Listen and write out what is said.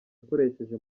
akoresheje